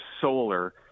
solar